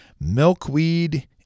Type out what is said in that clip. milkweed